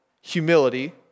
humility